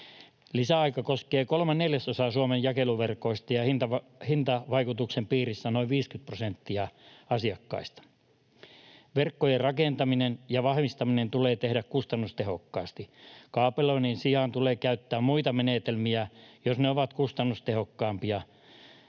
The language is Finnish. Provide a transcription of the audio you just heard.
Lisäaika koskee kolmea neljäsosaa Suomen jakeluverkoista, ja hintavaikutuksen piirissä on noin 50 prosenttia asiakkaista. Verkkojen rakentaminen ja vahvistaminen tulee tehdä kustannustehokkaasti. Kaapeloinnin sijaan tulee käyttää muita menetelmiä, jos ne ovat kustannustehokkaampia.